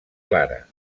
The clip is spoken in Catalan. clara